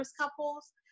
couples